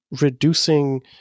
reducing